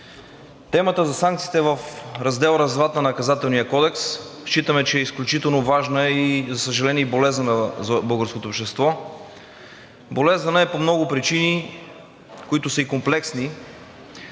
Темата за санкциите в Раздел „Разврат“ на Наказателния кодекс считаме, че е изключително важна, за съжаление, и болезнена за българското обществото, болезнена е по много причини, които са и комплексни.